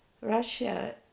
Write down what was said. Russia